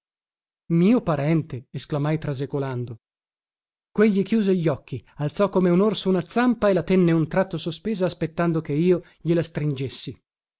mio parente esclamai trasecolando quegli chiuse gli occhi alzò come un orso una zampa e la tenne un tratto sospesa aspettando che io gliela stringessi